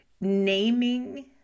Naming